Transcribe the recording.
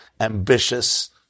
ambitious